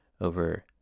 over